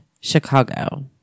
Chicago